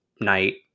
night